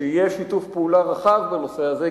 שיהיה שיתוף פעולה רחב בנושא הזה,